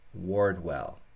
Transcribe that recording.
wardwell